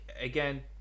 again